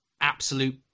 Absolute